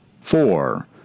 four